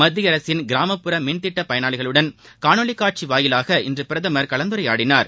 மத்திய அரசின் கிராமப்புற மின் திட்ட பயனாளிகளுடன் காணொலி காட்சி வாயிலாக இன்று பிரதமா் கலந்துரையாடினார்